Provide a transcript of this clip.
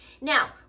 Now